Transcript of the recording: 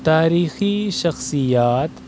تاریخی شخصیات